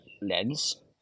lens